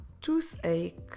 toothache